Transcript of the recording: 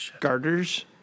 garters